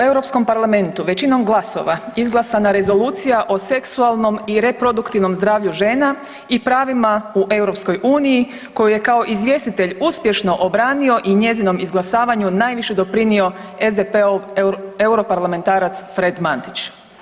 Europskom parlamentu većinom glasova izglasana Rezolucija o seksualnom i reproduktivnom zdravlju žena i pravima u EU koju je kao izvjestitelj uspješno obranio i njezinom izglasavanju najviše doprinio SDP-ov europarlamentarac Fred Matić.